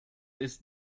ist